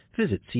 visit